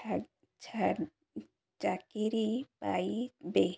ଚାକିରି ପାଇବେ